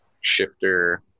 Shifter